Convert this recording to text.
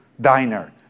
diner